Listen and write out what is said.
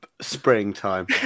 Springtime